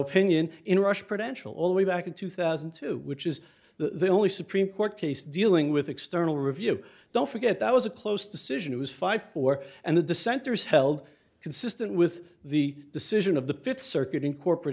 know pinion inrush credential all the way back in two thousand and two which is the only supreme court case dealing with external review don't forget that was a close decision was five four and the dissenters held consistent with the decision of the fifth circuit in corporate